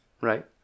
Right